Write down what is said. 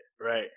right